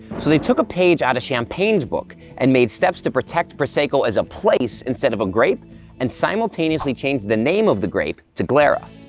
so they took a page out of champagne's book and made steps to protect prosecco as a place instead of a grape and simultaneously changed the name of the grape to glera.